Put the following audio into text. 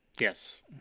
Yes